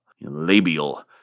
labial